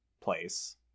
place